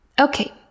Okay